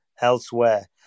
elsewhere